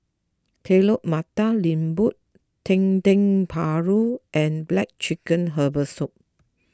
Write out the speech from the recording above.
Telur Mata Lembu Dendeng Paru and Black Chicken Herbal Soup